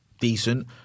decent